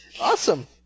Awesome